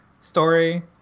story